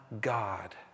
God